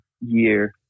year